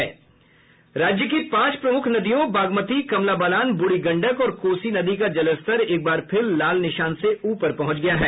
राज्य की पांच प्रमुख नदियों बागमती कमला बलान ब्रूढ़ी गंडक और कोसी नदी का जलस्तर एक बार फिर लाल निशान से ऊपर पहुंच गया है